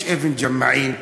יש אבן ג'מעין,